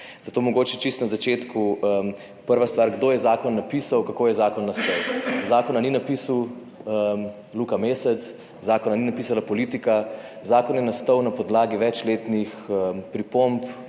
(VI) 11.45** (nadaljevanje) stvar, kdo je zakon napisal, kako je zakon nastal. Zakona ni napisal Luka Mesec, zakona ni napisala politika. Zakon je nastal na podlagi večletnih pripomb